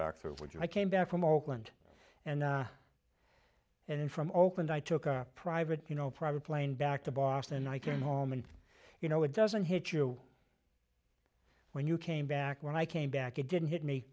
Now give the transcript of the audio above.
back for which i came back from oakland and and then from oakland i took a private you know private plane back to boston and i came home and you know it doesn't hit you when you came back when i came back it didn't hit me